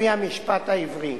לפי המשפט העברי.